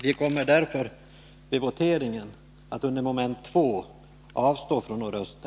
Vi kommer därför vid voteringen att under mom. 2 avstå från att rösta.